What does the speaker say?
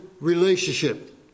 relationship